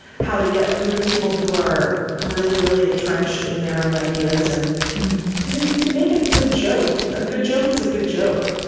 how to get through to people who are really, really entrenched in their own ideas. and because if you can make a good joke, a good joke is a good joke.